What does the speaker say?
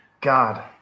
God